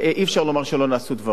אי-אפשר לומר שלא נעשו דברים,